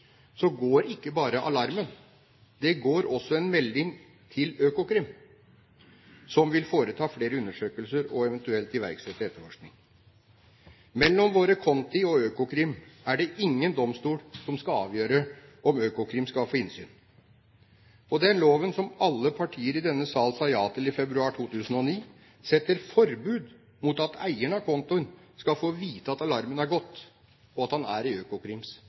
så skjer noe på våre konti som gir grunnlag mistanke om at vi begår ulovligheter, går ikke bare alarmen. Det går også en melding til Økokrim, som vil foreta flere undersøkelser og eventuelt iverksette etterforskning. Mellom våre konti og Økokrim er det ingen domstol som skal avgjøre om Økokrim skal få innsyn. Den loven som alle partier i denne sal sa ja til i februar 2009, setter forbud mot at eieren av kontoen skal få vite at alarmen har gått og at han